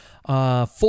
Full